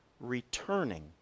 returning